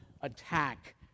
attack